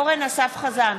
חזן,